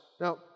Now